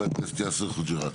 זו בדיוק